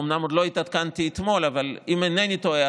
אומנם עוד לא התעדכנתי אתמול אבל אם אינני טועה,